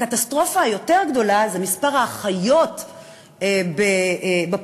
הקטסטרופה היותר-גדולה זה מספר האחיות בפגיות,